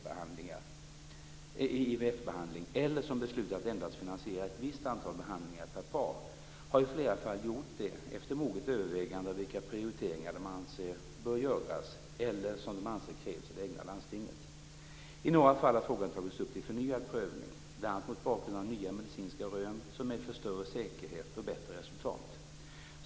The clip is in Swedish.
behandling eller som beslutat att endast finansiera ett visst antal behandlingar per par har i flera fall gjort det efter moget övervägande av vilka prioriteringar de anser bör göras eller som de anser krävs i det egna landstinget. I några fall har frågan tagits upp till förnyad prövning bl.a. mot bakgrund av nya medicinska rön som medför större säkerhet och bättre resultat.